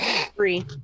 Three